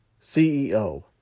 CEO